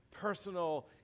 personal